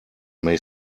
may